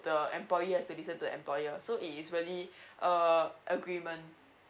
the employee has to listen to employer so it is really a agreement